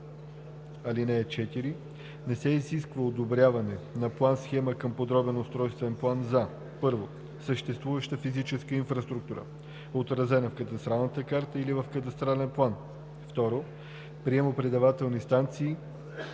(4) Не се изисква одобряване на план-схема към подробен устройствен план за: 1. съществуваща физическа инфраструктура, отразена в кадастралната карта или в кадастрален план; 2. приемо-предавателни станции